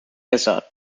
resort